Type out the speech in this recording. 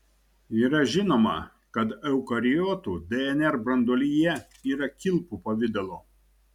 yra žinoma kad eukariotų dnr branduolyje yra kilpų pavidalo